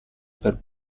per